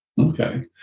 Okay